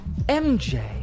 MJ